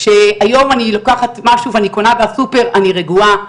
כשהיום אני לוקחת משהו ואני קונה בסופר אני רגועה.